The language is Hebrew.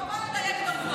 לסלף את העובדות.